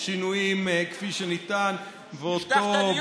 בשינויים כפי שניתן, ואותה,